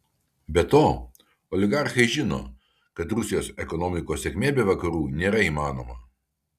be to oligarchai žino kad rusijos ekonomikos sėkmė be vakarų nėra įmanoma